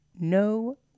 No